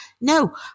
no